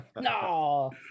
No